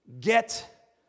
get